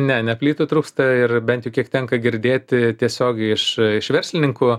ne ne plytų trūksta ir bent jau kiek tenka girdėti tiesiogiai iš iš verslininkų